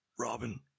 Robin